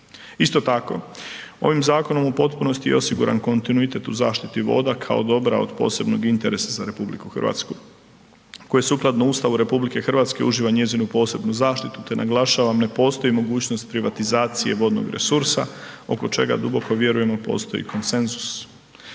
Isto tako, ovim zakonom u potpunosti je osiguran kontinuitet u zaštiti voda kao dobra od posebnog interesa za RH koji sukladno Ustavu RH uživa njezinu posebnu zaštitu te naglašavam ne postoji mogućnost privatizacije vodnog resursa oko čega duboko vjerujemo postoji konsenzus.